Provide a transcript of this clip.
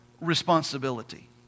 responsibility